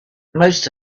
most